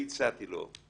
והצעתי לו.